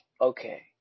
Okay